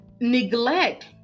neglect